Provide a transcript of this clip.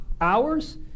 hours